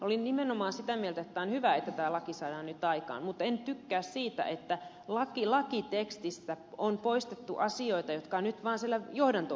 olin nimenomaan sitä mieltä että on hyvä että tämä laki saadaan nyt aikaan mutta en tykkää siitä että lakitekstistä on poistettu asioita jotka ovat nyt vaan siellä johdanto osassa